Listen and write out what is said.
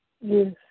Yes